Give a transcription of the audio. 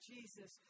Jesus